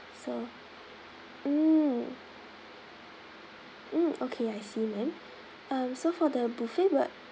so mm mm okay I see ma'am um so for the buffet were